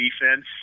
defense